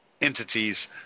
entities